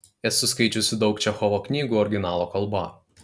esu skaičiusi daug čechovo knygų originalo kalba